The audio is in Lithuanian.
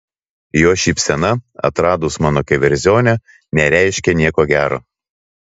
jo šypsena atradus mano keverzonę nereiškė nieko gero